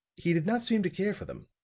he did not seem to care for them.